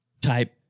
type